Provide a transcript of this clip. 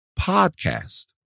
podcast